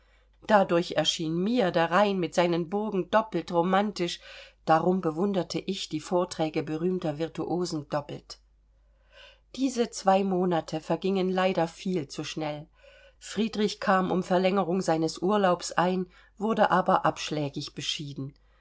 dadurch erschien mir der rhein mit seinen burgen doppelt romantisch darum bewunderte ich die vorträge berühmter virtuosen doppelt diese zwei monate vergingen leider viel zu schnell friedrich kam um verlängerung seines urlaubs ein wurde aber abschlägig beschieden